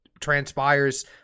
transpires